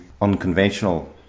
unconventional